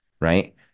Right